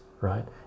right